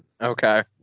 Okay